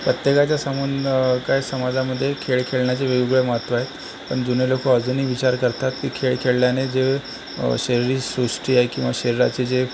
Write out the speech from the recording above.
प्रत्येकाच्या समंध काही समाजामध्ये खेळ खेळण्याचे वेगवेगळे महत्त्व आहे पण जुने लोक अजूनही विचार करतात की खेळ खेळल्याने जे शरीरसृष्टी आहे किंवा शरीराचे जे